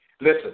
Listen